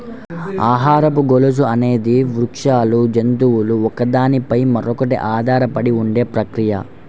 ఆహారపు గొలుసు అనేది వృక్షాలు, జంతువులు ఒకదాని పై మరొకటి ఆధారపడి ఉండే ప్రక్రియ